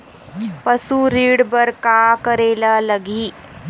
पशु ऋण बर का करे ला लगही?